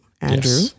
Andrew